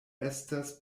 estas